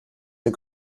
der